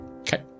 Okay